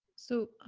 so,